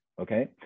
Okay